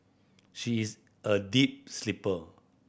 she is a deep sleeper